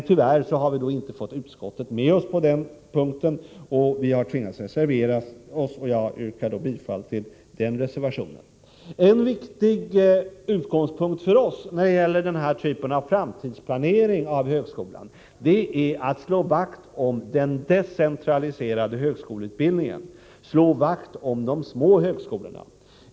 Tyvärr har vi inte fått utskottet med oss på den punkten, utan vi har tvingats reservera oss. Jag yrkar bifall till reservationen. En viktig utgångspunkt för oss när det gäller denna typ av framtidsplanering av högskolan är att slå vakt om den decentraliserade högskoleutbildningen, att slå vakt om de små högskolorna.